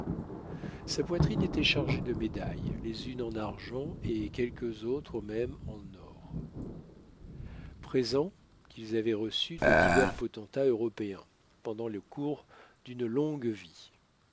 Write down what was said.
sa poitrine était chargée de médailles les unes en argent et quelques autres même en or présents qu'il avait reçus de divers potentats européens pendant le cours d'une longue vie